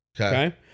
Okay